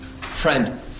Friend